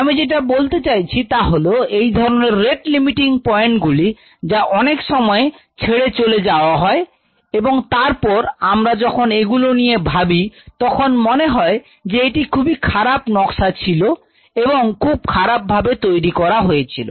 আমি যেটা বলতে চাইছি তা হলো এই ধরনের রেট লিমিটিং পয়েন্টগুলি যা অনেক সময় ছেড়ে চলে যাওয়া হয় এবং তারপর আমরা যখন এগুলো নিয়ে ভাবি তখন মনে হয় যে এটি খুব খারাপ নকশা ছিল এবং খুব খারাপ ভাবে তৈরি করা হয়েছিল